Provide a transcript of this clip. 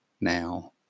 now